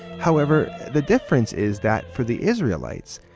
however, the difference is that for the israelites,